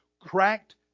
cracked